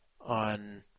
on